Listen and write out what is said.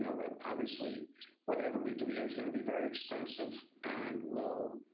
you know that obviously whatever we do here is going to be very expensive and will